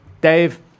Dave